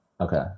okay